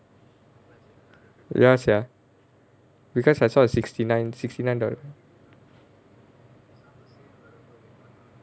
ya sia because I saw a sixty nine sixty nine dollar